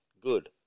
Good